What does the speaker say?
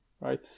right